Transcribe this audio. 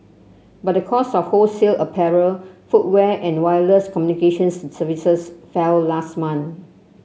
but the cost of wholesale apparel footwear and wireless communications services fell last month